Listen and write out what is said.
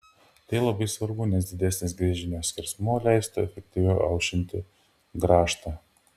tai labai svarbu nes didesnis gręžinio skersmuo leistų efektyviau aušinti grąžtą